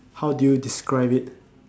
how do you describe it